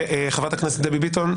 חברת הכנסת דבי ביטון,